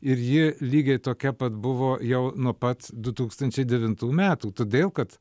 ir ji lygiai tokia pat buvo jau nuo pat du tūkstančiai devintų metų todėl kad